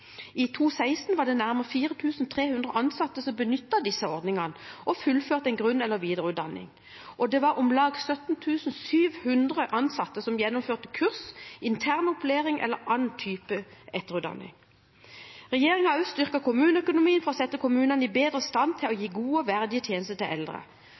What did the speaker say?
i 2018. I 2016 var det nærmere 4 300 ansatte som benyttet disse ordningene og fullførte en grunn- eller videreutdanning. Og det var om lag 17 700 ansatte som gjennomførte kurs, intern opplæring eller annen type etterutdanning. Regjeringen har også styrket kommuneøkonomien for å sette kommunene i bedre stand til å